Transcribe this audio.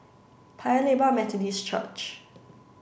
Paya Lebar Methodist Church